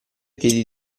piedi